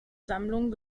sammlung